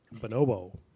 Bonobo